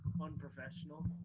unprofessional